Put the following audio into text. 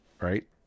right